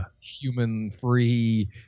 human-free